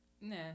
nah